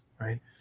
right